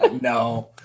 No